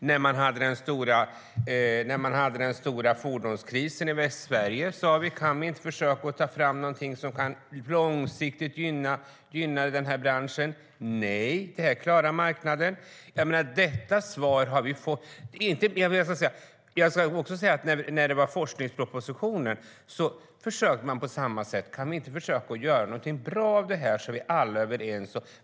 När man hade den stora fordonskrisen i Västsverige sade vi: Kan vi inte försöka ta fram någonting som långsiktigt kan gynna den här branschen? Nej, det klarar marknaden. Det är svaret vi har fått. När det var fråga om forskningspropositionen försökte vi på samma sätt: Kan vi inte försöka göra någonting bra av detta så att vi alla blir överens?